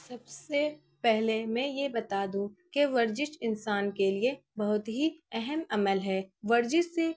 سب سے پہلے میں یہ بتا دوں کہ ورزش انسان کے لیے بہت ہی اہم عمل ہے ورزش سے